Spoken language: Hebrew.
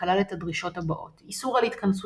שכלל את הדרישות הבאות איסור על התכנסויות,